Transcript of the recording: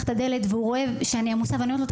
את הדלת והוא רואה שאני עמוסה ואני אומרת לו,